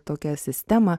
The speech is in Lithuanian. tokią sistemą